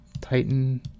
Titan